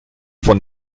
von